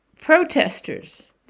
protesters